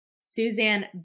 Suzanne